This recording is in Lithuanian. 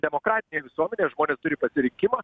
demokratinėj visuomenėj žmonės turi pasirinkimą